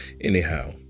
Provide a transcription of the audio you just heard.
anyhow